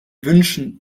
wünschen